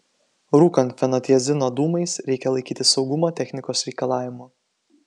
rūkant fenotiazino dūmais reikia laikytis saugumo technikos reikalavimų